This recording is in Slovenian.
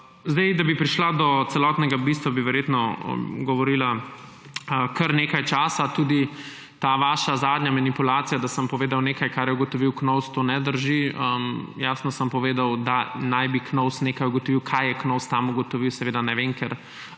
Da bi prišla do celotnega bistva, bi verjetno govorila kar nekaj časa. Tudi vaša zadnja manipulacija, da sem povedal nekaj, kar je ugotovil KNOVS, ne drži. Jasno sem povedal, da naj bi KNOVS nekaj ugotovil, kaj je KNOVS tam ugotovil, seveda ne vem, ker